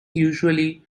usually